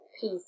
peace